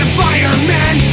firemen